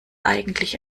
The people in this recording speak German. eigentlich